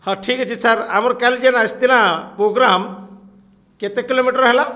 ହଁ ଠିକ୍ ଅଛି ସାର୍ ଆମର କାଲି ଯେନ୍ ଆସିଥିଲା ପୋଗ୍ରାମ୍ କେତେ କିଲୋମିଟର ହେଲା